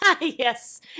Yes